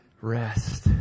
Rest